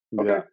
Okay